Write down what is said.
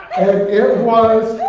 it was,